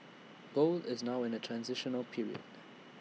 gold is now in A transitional period